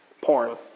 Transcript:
porn